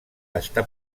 està